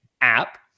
app